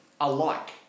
Alike